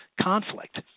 conflict